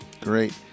Great